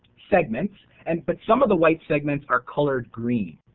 segments, and but some of the white segments are colored green.